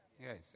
Yes